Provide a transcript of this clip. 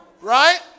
Right